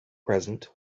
present